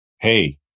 hey